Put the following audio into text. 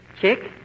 Chick